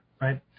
right